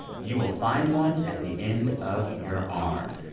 you will find one at the end of your arm.